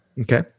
Okay